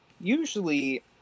usually